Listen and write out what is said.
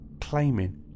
claiming